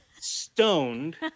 stoned